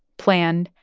planned,